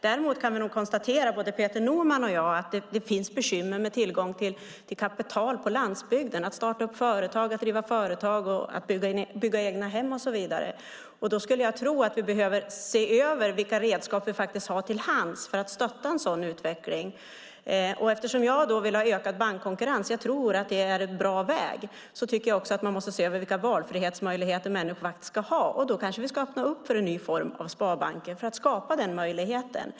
Däremot kan nog både Peter Norman och jag konstatera att det finns bekymmer med tillgång till kapital på landsbygden för att starta företag, driva företag, bygga egna hem och så vidare. Då skulle jag tro att vi behöver se över vilka redskap vi faktiskt har till hands för att stötta en sådan utveckling. Eftersom jag vill ha ökad bankkonkurrens - jag tror att det är en bra väg - tycker jag också att man måste se över vilka valfrihetsmöjligheter människor ska ha. Då kanske vi ska öppna för en ny form av sparbanker för att skapa sådana möjligheter.